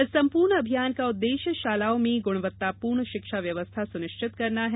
इस संपूर्ण अभियान का उद्देश्य शालाओं में गुणवत्तापूर्ण शिक्षा व्यवस्था सुनिश्चित करना है